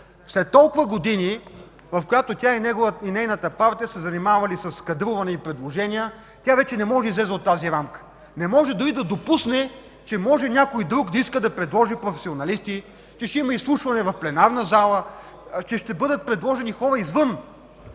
След толкова години, в които тя и нейната партия са се занимавали с кадруване и предложения, тя вече не може да излезе от тази рамка. Не може дори да допусне, че някой друг може да иска да предложи професионалисти, че ще има изслушване в пленарната зала, че ще бъдат предложени хора извън